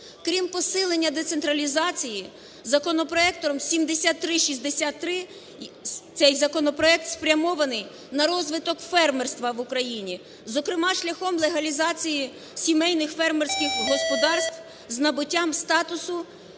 Крім посилення децентралізації, законопроектом 7363, цей законопроект спрямований на розвиток фермерства в Україні, зокрема шляхом легалізації сімейних фермерських господарств з набуттям статусу